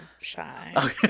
shy